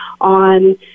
on